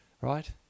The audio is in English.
Right